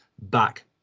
back